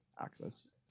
access